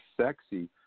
sexy